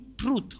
truth